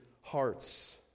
hearts